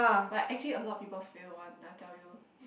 but actually a lot of people fail one I tell you